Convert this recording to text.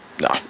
no